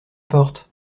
porte